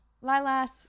Lilas